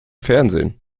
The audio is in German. fernsehen